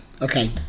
okay